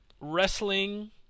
wrestling